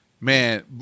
man